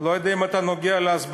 לא יודע אם אתה נוגע בהסברה,